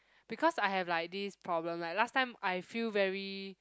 because I have like this problem like last time I feel very